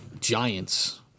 giants –